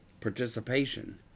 participation